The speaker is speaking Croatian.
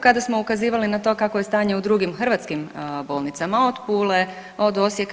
Kada smo ukazivali na to kakvo je stanje u drugim hrvatskim bolnicama od Pule, od Osijeka.